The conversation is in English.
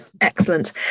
Excellent